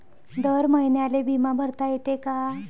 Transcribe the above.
दर महिन्याले बिमा भरता येते का?